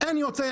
אין יוצא,